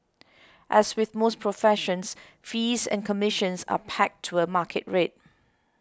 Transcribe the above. as with most professions fees and commissions are pegged to a market rate